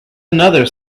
another